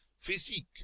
physique